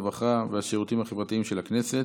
הרווחה והשירותים החברתיים של הכנסת.